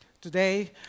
today